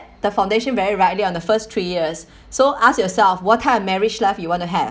the foundation very rightly on the first three years so ask yourself what type of marriage life you want to have